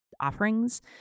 offerings